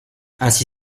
ainsi